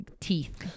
teeth